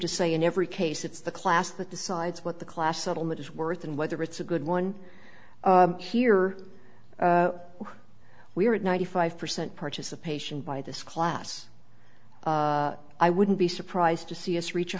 to say in every case it's the class that decides what the class settlement is worth and whether it's a good one here we are at ninety five percent participation by this class i wouldn't be surprised to see us reach